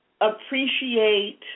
appreciate